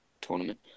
tournament